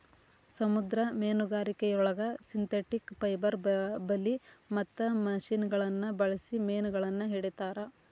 ಸಮುದ್ರ ಮೇನುಗಾರಿಕೆಯೊಳಗ synthetic fibre ಬಲಿ ಮತ್ತ ಮಷಿನಗಳನ್ನ ಬಳ್ಸಿ ಮೇನಗಳನ್ನ ಹಿಡೇತಾರ